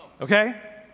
Okay